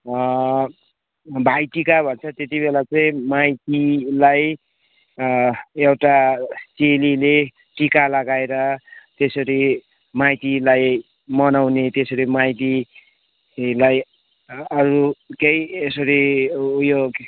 भाइ टिका भन्छ त्यति बेला चाहिँ माइतीलाई अँ एउटा चेलीले टिका लगाएर त्यसरी माइतीलाई मनाउने त्यसरी माइतीलाई अरू केही यसरी उयो